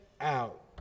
out